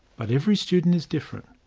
but every student is different.